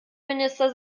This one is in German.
minister